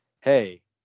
hey